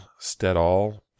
Stedall